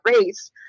race